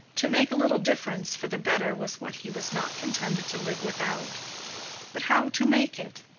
to make a little difference for the better was what he was not contented to live without but how to make it?